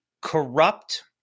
corrupt